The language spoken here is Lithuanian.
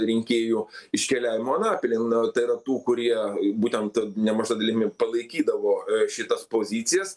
rinkėjų iškeliavimo anapilin na tai yra tų kurie būtent nemaža dalimi palaikydavo šitas pozicijas